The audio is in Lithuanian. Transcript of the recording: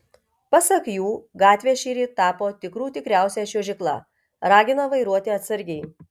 pasak jų gatvės šįryt tapo tikrų tikriausia čiuožykla ragina vairuoti atsargiai